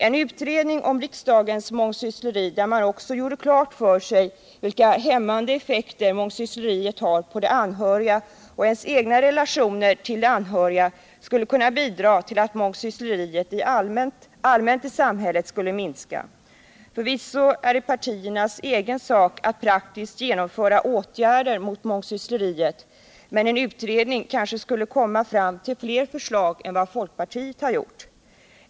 En utredning om riksdagens mångsyssleri, där man också gjorde klart för sig vilka hämmande effekter mångsyssleriet har på de anhöriga och ens egna relationer till de anhöriga, skulle kunna bidra till att mångsyssleriet i allmänhet i samhället skulle minska. Förvisso är det partiernas egen sak att praktiskt genomföra åtgärder mot mångsyssleriet, men en utredning kanske skulle komma fram till fler förslag än vad folkpartiet har gjort.